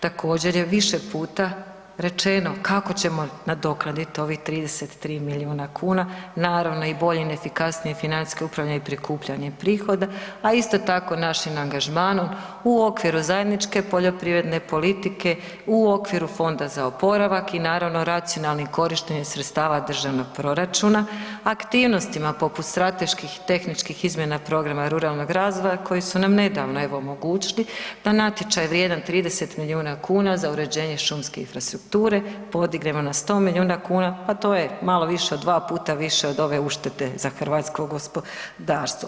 Također je više puta rečeno kako ćemo nadoknaditi ovih 33 milijuna kuna, naravno i boljem efikasnijim financijskim upravljanjem i prikupljanjem prihoda, a isto tako našim angažmanom u okviru zajedničke poljoprivredne politike u okviru Fonda za oporavak i naravno racionalnim korištenjem sredstava državnog proračuna, aktivnostima poput strateških i tehničkih izmjena programa ruralnog razvoja koji su nam nedavno evo omogućili da natječaj vrijedan 30 miliona kuna za uređenje šumske infrastrukture podignemo na 100 miliona kuna, pa to je malo više od 2 puta više od ove uštede za hrvatsko gospodarstvo.